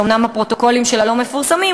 שאומנם הפרוטוקולים שלה לא מפורסמים,